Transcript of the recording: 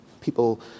people